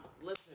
listen